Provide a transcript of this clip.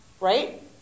right